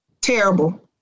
terrible